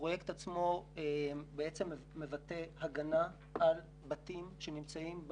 הפרויקט עצמו מבטא הגנה על בתים שנמצאים,